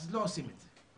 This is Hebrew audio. לא עושים את זה.